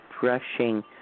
brushing